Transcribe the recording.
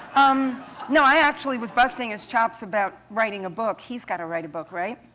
um you know i actually was busting his chops about writing a book. he's got to write a book, right?